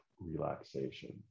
relaxation